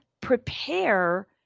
prepare